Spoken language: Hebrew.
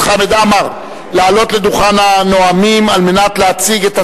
35 בעד, אין מתנגדים, אין נמנעים.